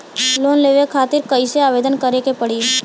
Loan लेवे खातिर कइसे आवेदन करें के पड़ी?